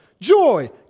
joy